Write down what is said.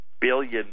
billion